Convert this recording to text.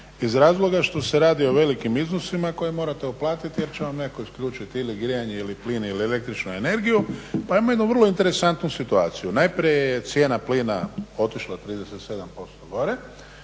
iz razloga što se radi o velikim iznosima koje morate uplatiti jer će vam netko isključiti ili grijanje ili plin ili el.energiju pa imamo jednu vrlo interesantnu situaciju. najprije je cijena plina otišla 37% gore,